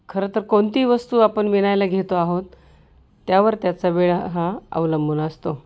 खरंतर कोणतीही वस्तू आपण विणायला घेतो आहोत त्यावर त्याचा वेळ हा अवलंबून असतो